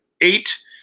eight